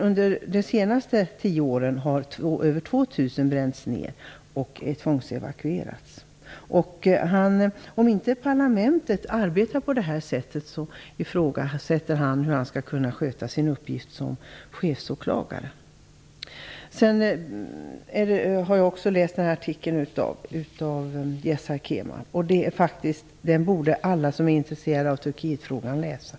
Under de senaste tio åren har över 2 000 byar bränts ner, och invånarna har tvångsevakuerats, säger han också. Om parlamentet inte arbetar på nämnda sätt ifrågasätter Nusret Demiral hur han skall kunna sköta sin uppgift som chefsåklagare. Vidare har jag läst en artikel av Yasar Kemal. Den borde alla som är intresserade av Turkietfrågan läsa.